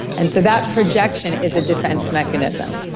and so that projection is a defense mechanism.